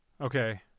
Okay